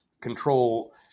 control